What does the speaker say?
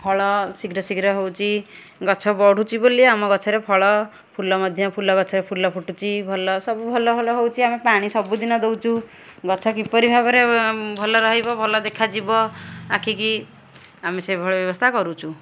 ଫଳ ଶୀଘ୍ର ଶୀଘ୍ର ହେଉଛି ଗଛ ବଢ଼ୁଛି ବୋଲି ଆମ ଗଛରେ ଫଳ ଫୁଲ ମଧ୍ୟ ଫୁଲ ଗଛରେ ଫୁଲ ଫୁଟୁଛି ଭଲ ସବୁ ଭଲ ଭଲ ହେଉଛି ଆମେ ପାଣି ସବୁଦିନ ଦେଉଛୁ ଗଛ କିପରି ଭାବରେ ଭଲ ରହିବ ଭଲ ଦେଖାଯିବ ଆଖିକି ଆମେ ସେଭଳି ବ୍ୟବସ୍ଥା କରୁଛୁ